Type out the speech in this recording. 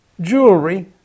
jewelry